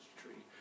tree